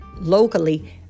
locally